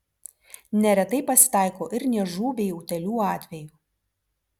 neretai pasitaiko ir niežų bei utėlių atvejų